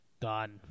Done